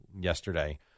yesterday